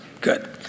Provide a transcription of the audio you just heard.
good